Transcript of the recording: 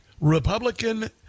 republican